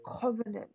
covenant